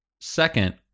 Second